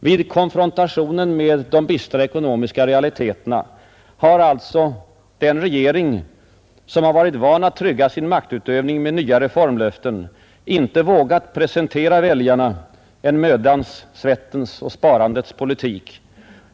Vid konfrontationen med de bistra ekonomiska realiteterna har alltså den regering, som varit van att trygga sin maktutövning med nya reformlöften, inte vågat presentera väljarna en mödans, svettens och sparandets politik.